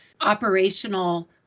operational